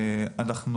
אנחנו,